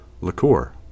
liqueur